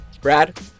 Brad